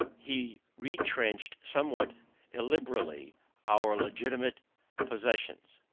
he retrenched somewhat illiberally our legitimate possessions.